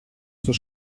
στο